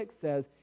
says